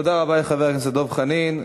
תודה רבה לחבר הכנסת דב חנין.